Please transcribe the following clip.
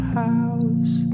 house